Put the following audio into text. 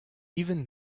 even